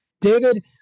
David